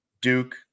Duke